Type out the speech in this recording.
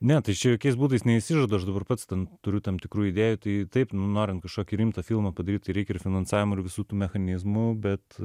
ne aš čia jokiais būdais neišsižadu aš dabar pats ten turiu tam tikrų idėjų tai taip norint kažkokį rimtą filmą padaryt tai reikia ir finansavimo ir visų tų mechanizmų bet